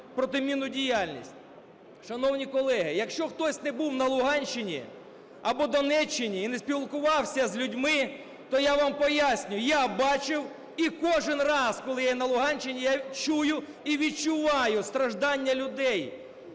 протимінну діяльність. Шановні колеги, якщо хтось не був на Луганщині, або Донеччині і не спілкувався з людьми, то я вам пояснюю. Я бачив, і кожен раз, коли я на Луганщині, я чую і відчуваю страждання людей.